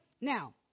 now